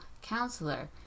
counselor